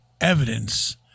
evidence